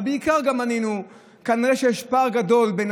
אבל בעיקר ענינו: כנראה שיש פער גדול בין